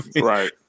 right